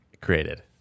created